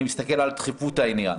אני מסתכל על דחיפות העניין.